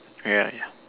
ya ya